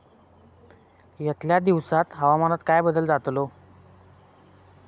यतल्या दिवसात हवामानात काय बदल जातलो?